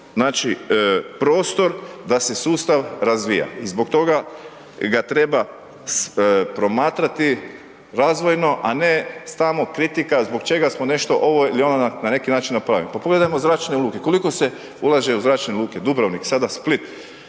znači prostor da se sustav razvija. I zbog toga ga treba promatrati razvodno, a ne samo kritika zbog čega smo nešto ovo ili ono na neki način napravili. Pa pogledajmo zračne luke, koliko se ulaže u zračne luke, Dubrovnik, sada Split,